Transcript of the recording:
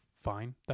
fine